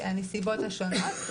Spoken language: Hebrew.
הנסיבות השונות,